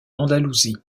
andalousie